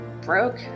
broke